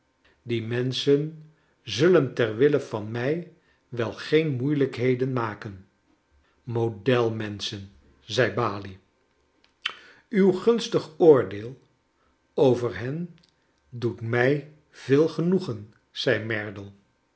die menschen zullen ter wille van mij wel geen moeilijkheden maken model menschen zei balie uw gunstig oordeel over hen doet mij veel genoegen zei merdle